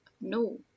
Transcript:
no